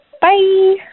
bye